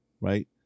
right